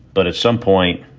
but at some point,